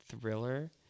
thriller